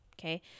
okay